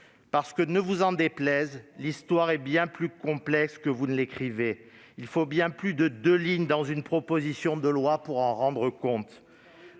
Bravo ! Ne vous en déplaise, l'Histoire est bien plus complexe que vous ne l'écrivez. Il faut bien plus que deux lignes dans une proposition de loi pour en rendre compte.